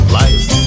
life